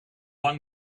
lang